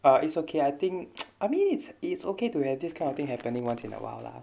uh it's okay I think I mean it's it is okay to have this kind of thing happening once in a while lah